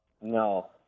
No